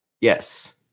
Yes